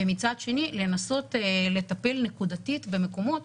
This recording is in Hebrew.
ומצד שני לנסות לטפל נקודתית במקומות